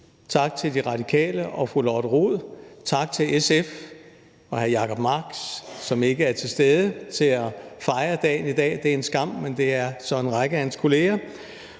Tak til De Radikale og fru Lotte Rod. Tak til SF og hr. Jacob Mark, som ikke er til stede til at fejre dagen i dag, det er en skam, men det er så en række af hans kolleger.